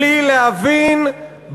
בלי להבין,